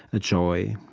a joy,